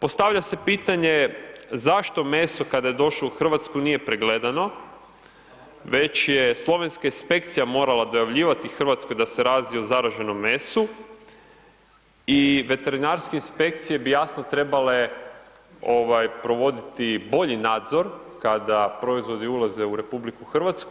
Postavlja se pitanje zašto meso kada je došlo u Hrvatsku nije pregledano već je slovenska inspekcija morala dojavljivati Hrvatskoj da se radi o zaraženom mesu i veterinarske inspekcije bi jasno trebale provoditi bolji nadzor kada proizvodi ulaze u RH,